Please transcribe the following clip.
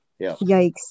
Yikes